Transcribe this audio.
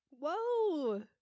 Whoa